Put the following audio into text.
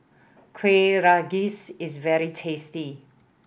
Kueh Rengas is very tasty